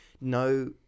no